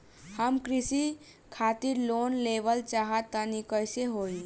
हम कृषि खातिर लोन लेवल चाहऽ तनि कइसे होई?